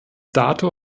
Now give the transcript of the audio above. dato